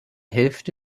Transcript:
hälfte